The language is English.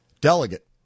Delegate